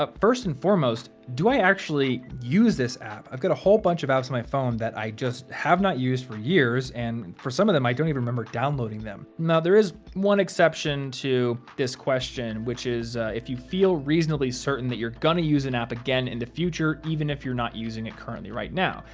first and foremost, do i actually use this app? i've got a whole bunch of apps on my phone that i just have not used for years and for some of them, i don't even remember downloading them. now, there is one exception to this question, which is if you feel reasonably certain that you're gonna use an app again in the future, even if you're not using it currently right now.